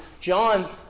John